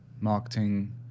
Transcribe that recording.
marketing